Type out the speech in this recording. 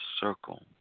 circle